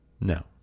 No